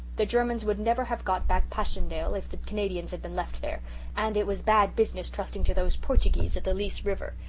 the germans would never have got back passchendaele if the canadians had been left there and it was bad business trusting to those portuguese at the lys river.